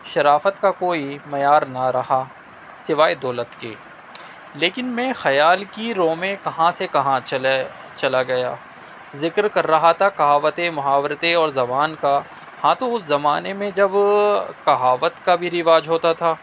شرافت کا کوئی معیار نہ رہا سوائے دولت کے لیکن میں خیال کی رو میں کہاں سے کہاں چلے چلا گیا ذکر کر رہا تھا کہاوتیں محاورتیں اور زبان کا ہاں تو اس زمانے میں جب کہاوت کا بھی رواج ہوتا تھا